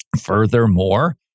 Furthermore